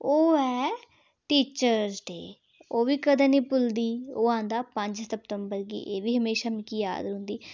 ओह् ऐ teachers day ओह्बी कदें निं भुलदी ओह् औंदा पंज सितंबर गी ते एह्बी म्हेशां मिगी याद रौंह्दी